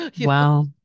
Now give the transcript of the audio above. Wow